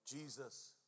Jesus